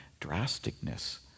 drasticness